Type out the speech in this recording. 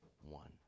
one